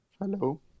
Hello